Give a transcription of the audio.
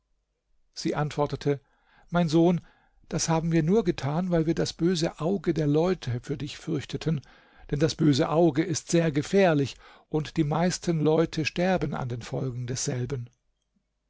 sie antwortete mein sohn das haben wir nur getan weil wir das böse auge der leute für dich fürchteten denn das böse auge ist sehr gefährlich und die meisten leute sterben an den folgen desselben